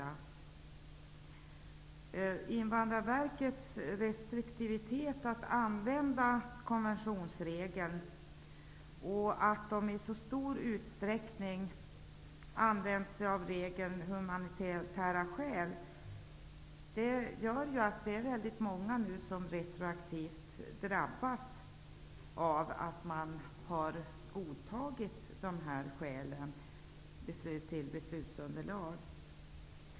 Att Invandrarverket varit restriktivt med att använda konventionsregeln och i stor utsträckning använt sig av regeln humanitära skäl, gör att det finns många som drabbas retroaktivt av att man har godtagit dessa skäl som beslutsunderlag.